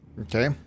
Okay